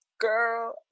girl